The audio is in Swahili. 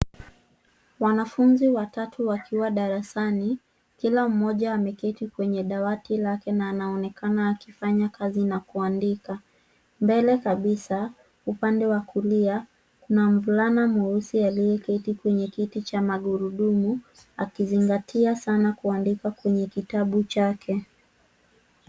Wanafunzi watatu wakiwa darasani. Kila mmoja ameketi kwenye dawati lake na anaonekana akifanya kazi na kuandika. Mbele kabisa, upande wa kulia, kuna mvulana mweusi aliyeketi kwenye kiti cha magurudumu akizingatia sana kuandika kwenye kitabu chake.